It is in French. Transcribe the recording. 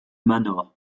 manor